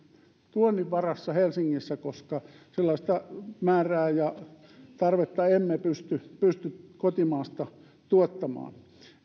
tuonnin varassa helsingissä koska sellaista määrää ja tarvetta emme pysty pysty kotimaassa tuottamaan